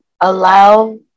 allow